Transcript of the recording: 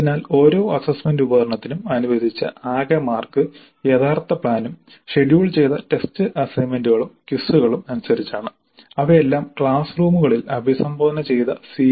അതിനാൽ ഓരോ അസ്സസ്സ്മെന്റ് ഉപകരണത്തിനും അനുവദിച്ച ആകെ മാർക്ക് യഥാർത്ഥ പ്ലാനും ഷെഡ്യൂൾ ചെയ്ത ടെസ്റ്റ് അസൈൻമെന്റുകളും ക്വിസുകളും അനുസരിച്ചാണ് അവയെല്ലാം ക്ലാസ് റൂമുകളിൽ അഭിസംബോധന ചെയ്ത സി